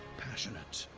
passionate,